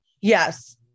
Yes